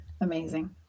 amazing